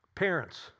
Parents